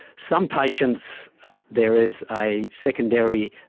some patients there is a secondary